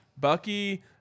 Bucky